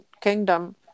kingdom